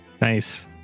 nice